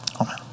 Amen